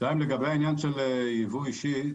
לגבי העניין של ייבוא אישי,